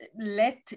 let